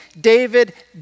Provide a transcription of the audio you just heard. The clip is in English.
David